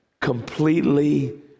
completely